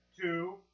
two